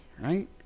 right